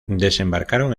desembarcaron